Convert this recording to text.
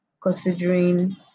considering